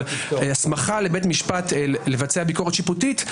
אבל הסמכה לבית משפט לבצע ביקורת שיפוטית,